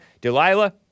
Delilah